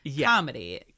comedy